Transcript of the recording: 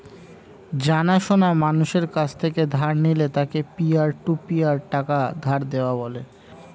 জানা সোনা মানুষের কাছ থেকে ধার নিলে তাকে পিয়ার টু পিয়ার টাকা ধার দেওয়া বলে